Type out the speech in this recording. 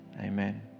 Amen